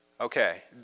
Okay